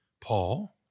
Paul